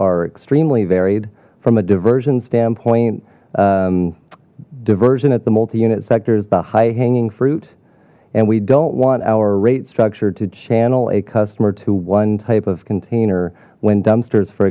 are extremely varied from a diversion standpoint diversion at the multi unit sector is the high hanging fruit and we don't want our rate structure to channel a customer to one type of container when dumpsters for